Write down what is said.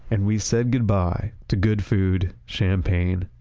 and we said goodbye to good food, champagne,